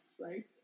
right